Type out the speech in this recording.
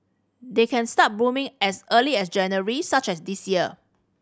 they can start blooming as early as January such as this year